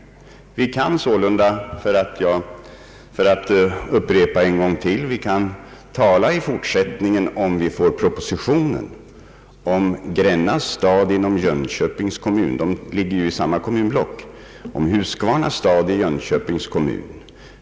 Vi kan sålunda, för att upprepa en gång till vad jag redan sagt, om förslaget i propositionen godkännes, tala om Gränna stad inom Jönköpings kommun — de ligger ju i samma kommunblock — och om Huskvarna stad i Jönköpings kommun.